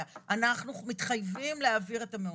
"אנחנו מתחייבים להעביר את המעונות".